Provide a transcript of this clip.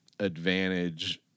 advantage